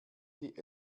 die